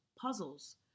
Puzzles